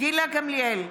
גילה גמליאל,